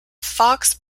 fox